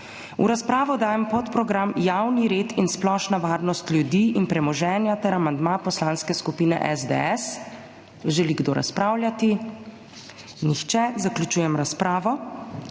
V razpravo dajem podprogram Javni red in splošna varnost ljudi in premoženja ter amandma Poslanske skupine SDS. Želi kdo razpravljati? Nihče. Zaključujem razpravo.